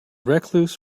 recluse